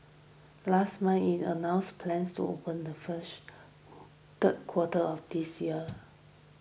last month it announced plans to open the first the quarter of this year